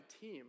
team